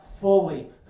fully